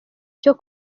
cyo